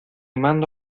mando